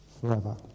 forever